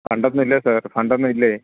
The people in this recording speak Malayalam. ഫണ്ട് ഒന്നും ഇല്ലേ സാർ ഫണ്ട് ഒന്നും ഇല്ലേ